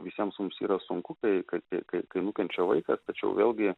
visiems mums yra sunku kai kai kai kai nukenčia vaikas tačiau vėlgi